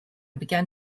began